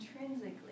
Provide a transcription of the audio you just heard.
intrinsically